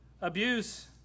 abuse